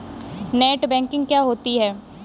Net banking क्या होता है?